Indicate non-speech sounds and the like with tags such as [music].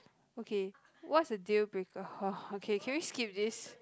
okay what's the deal breaker [breath] okay can we skip this